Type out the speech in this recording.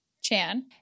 Chan